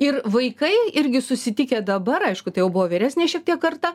ir vaikai irgi susitikę dabar aišku tai jau buvo vyresnė šiek tiek karta